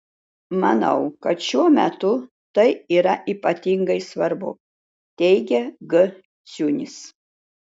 manau kad šiuo metu tai yra ypatingai svarbu teigia g ciunis